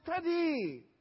study